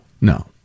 no